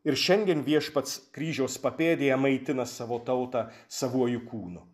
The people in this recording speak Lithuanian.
ir šiandien viešpats kryžiaus papėdėje maitina savo tautą savuoju kūnu